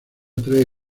tres